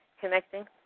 connecting